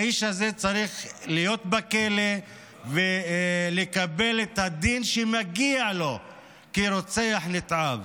האיש הזה צריך להיות בכלא ולקבל את הדין שמגיע לו כרוצח נתעב.